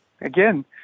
again